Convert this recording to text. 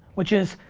which is,